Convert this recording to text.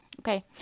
Okay